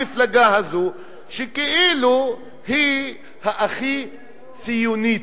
המפלגה הזאת, שכאילו היא הכי ציונית,